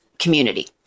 community